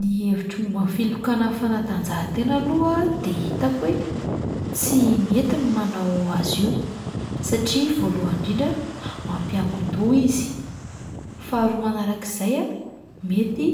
Ny hevitro momba ny filokana amin'ny fantanjahantena aloha de hitako hoe tsy mety ny manao azy io satria voalohany indrindra mampiankin-doha izy, faharoa manarak'izay a mety